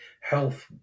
health